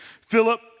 Philip